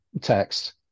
text